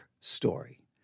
story